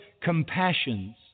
compassions